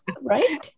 right